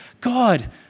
God